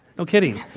no kidding.